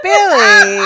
Billy